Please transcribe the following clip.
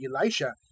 Elisha